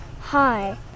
Hi